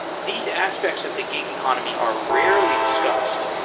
these aspects of the gig economy are rarely discussed,